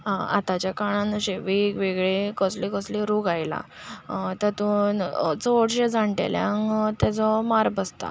आं आतांच्या काळांत अशे वेग वेगळे कसले कसले रोग आयला तातूंत चडशे जाण्टेल्यांक ताजो मार बसता